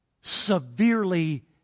severely